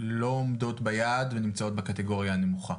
לא עומדים ביעד ונמצאים בקטגוריה הנמוכה.